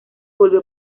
volvió